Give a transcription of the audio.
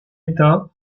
état